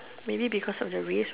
maybe because of the risk